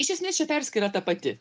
iš esmės šia perskyra ta pati